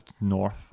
north